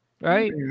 right